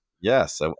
Yes